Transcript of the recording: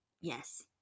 Yes